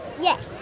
Yes